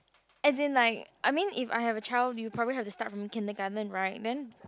as in like I mean if I have a child you probably have to start in kindergarten right then